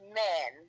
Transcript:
men